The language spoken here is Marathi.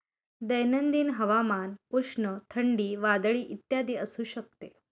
दैनंदिन हवामान उष्ण, थंडी, वादळी इत्यादी असू शकते